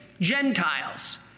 Gentiles